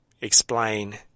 explain